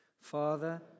Father